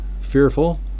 fearful